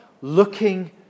Looking